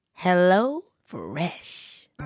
HelloFresh